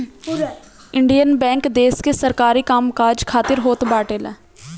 Indian bank देस के सरकारी काम काज खातिर होत बाटे